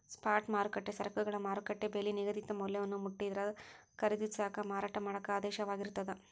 spot ಮಾರುಕಟ್ಟೆ ಸರಕುಗಳ ಮಾರುಕಟ್ಟೆ ಬೆಲಿ ನಿಗದಿತ ಮೌಲ್ಯವನ್ನ ಮುಟ್ಟಿದ್ರ ಖರೇದಿಸಾಕ ಮಾರಾಟ ಮಾಡಾಕ ಆದೇಶವಾಗಿರ್ತದ